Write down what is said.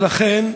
ולכן,